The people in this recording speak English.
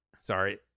sorry